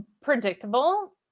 Predictable